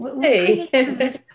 Hey